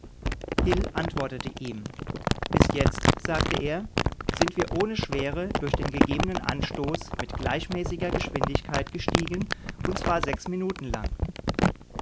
hil antwortete ihm bis jetzt sagte er sind wir ohne schwere durch den gegebenen anstoß mit gleichmäßiger geschwindigkeit gestiegen und zwar sechs minuten lang